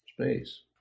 space